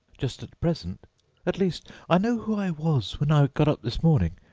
just at present at least i know who i was when i got up this morning,